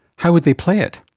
how would they play it?